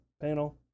panel